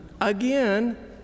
again